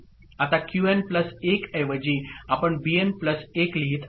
आता QN plus 1 ऐवजी आपण बीएन प्लस 1 लिहित आहोत